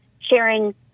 sharing